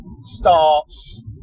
starts